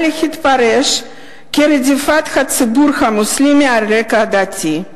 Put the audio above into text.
להתפרש כרדיפת הציבור המוסלמי על רקע דתי.